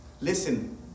Listen